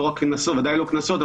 בוודאי לא קנסות,